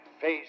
face